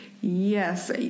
Yes